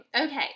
okay